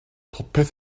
popeth